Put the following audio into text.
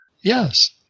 Yes